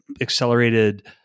accelerated